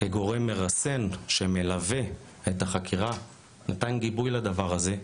כגורם מרסן שמלווה את החקירה נתן גיבוי לדבר הזה,